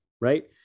right